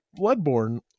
Bloodborne